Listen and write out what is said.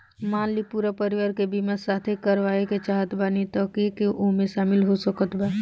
मान ली पूरा परिवार के बीमाँ साथे करवाए के चाहत बानी त के के ओमे शामिल हो सकत बा?